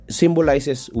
symbolizes